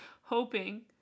hoping